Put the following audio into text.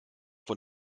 von